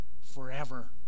forever